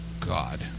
God